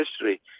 history